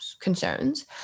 concerns